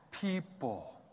people